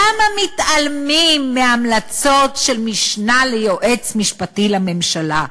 למה מתעלמים מהמלצות של משנה ליועץ משפטי לממשלה?